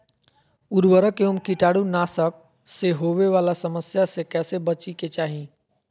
उर्वरक एवं कीटाणु नाशक से होवे वाला समस्या से कैसै बची के चाहि?